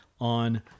on